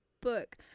book